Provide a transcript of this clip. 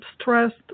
stressed